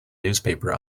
newspaper